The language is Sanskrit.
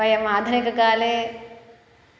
वयम् आधुनिककाले